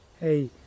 Hey